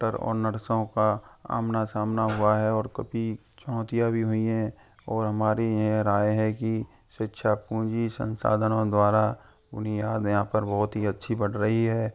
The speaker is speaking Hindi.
डॉक्टर और नर्सों का आमना सामना हुआ है और कभी चौंथिया भी हुईं हैं और हमारी ये राय है कि शिक्षा पूंजी संसाधनों द्वारा बुनियाद यहाँ पर बहुत ही अच्छी बढ़ रही है